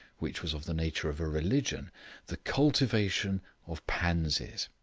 which was of the nature of a religion the cultivation of pansies.